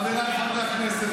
חבריי חברי הכנסת,